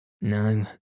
No